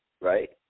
right